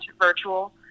virtual